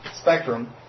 spectrum